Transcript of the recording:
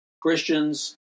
Christians